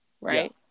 right